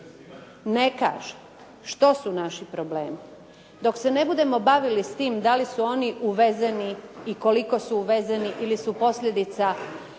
ne kaže što su naši problemi, dok se ne budemo bavili s tim da li su oni uvezeni i koliko su uvezeni ili su posljedica